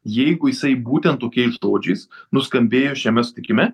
jeigu jisai būtent tokiais žodžiais nuskambėjo šiame susitikime